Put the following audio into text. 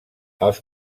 els